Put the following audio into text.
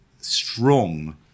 strong